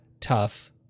tough